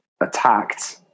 attacked